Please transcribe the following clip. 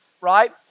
right